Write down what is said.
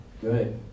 good